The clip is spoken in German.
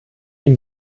ihm